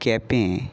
Quepem